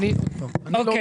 בצלאל.